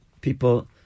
people